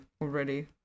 already